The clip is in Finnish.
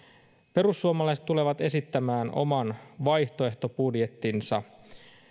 perussuomalaiset tulevat esittämään oman vaihtoehtobudjettinsa